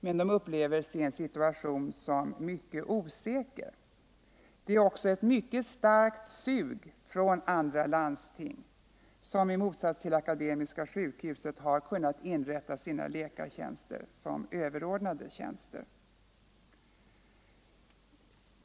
Men de upplever sin situation såsom mycket osäker. Det råder också ett starkt sug från andra landsting som i motsatts till Akademiska sjukhuset har kunnat inrätta sina läkartjänster såsom överordnade tjänster.